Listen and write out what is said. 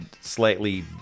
slightly